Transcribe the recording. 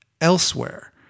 elsewhere